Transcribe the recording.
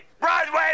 Broadway